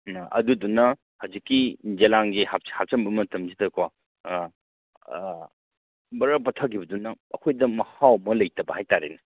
ꯑꯗꯨꯗꯨꯅ ꯍꯧꯖꯤꯛꯀꯤ ꯌꯦꯂꯥꯡꯁꯦ ꯍꯥꯞꯆꯟꯕ ꯃꯇꯝꯁꯤꯗꯀꯣ ꯕꯔ ꯄꯠꯊꯒꯤꯕꯗꯨꯅ ꯑꯩꯈꯣꯏꯗ ꯃꯍꯥꯎ ꯑꯃ ꯂꯩꯇꯕ ꯍꯥꯏ ꯇꯥꯔꯦꯅꯦ